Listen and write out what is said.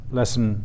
lesson